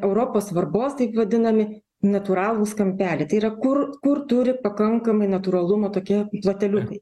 europos svarbos taip vadinami natūralūs kampeliai tai yra kur kur turi pakankamai natūralumo tokie ploteliukai